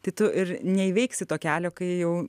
tai tu ir neįveiksi to kelio kai jau